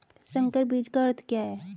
संकर बीज का अर्थ क्या है?